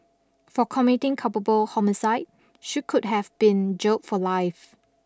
for committing culpable homicide she could have been jailed for life